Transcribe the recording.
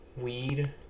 weed